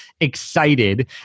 excited